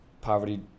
poverty